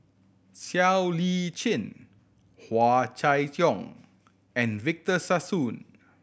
Siow Lee Chin Hua Chai Yong and Victor Sassoon